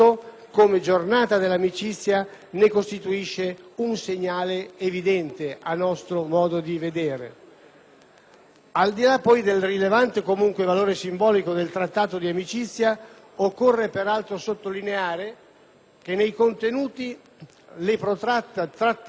Al di là, poi, del rilevante valore simbolico del Trattato di amicizia, occorre peraltro sottolineare che nei contenuti le protratte trattative con la Libia hanno condotto ad un accordo che equilibra le esigenze principali dei due Paesi: